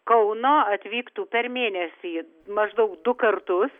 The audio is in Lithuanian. kauno atvyktų per mėnesį maždaug du kartus